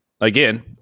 again